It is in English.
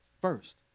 First